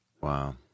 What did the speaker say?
Wow